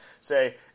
say